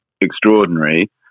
extraordinary